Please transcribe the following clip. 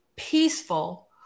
peaceful